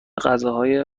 غذاهای